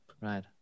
right